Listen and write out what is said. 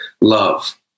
love